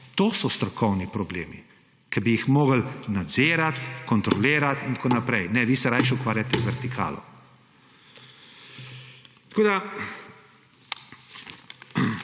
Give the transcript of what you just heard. To so strokovni problemi, ki bi jih morali nadzirati, kontrolirati in tako naprej. Ne, vi se rajši ukvarjate z vertikalo. Denar,